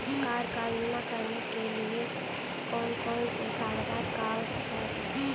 Car का बीमा करने के लिए कौन कौन से कागजात की आवश्यकता होती है?